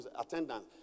Attendance